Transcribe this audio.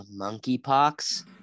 monkeypox